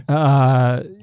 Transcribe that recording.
i